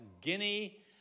Guinea